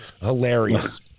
hilarious